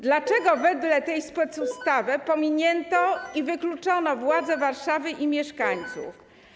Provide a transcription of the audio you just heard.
Dlaczego wedle tej specustawy pominięto i wykluczono władze Warszawy i mieszkańców?